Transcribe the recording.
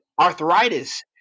arthritis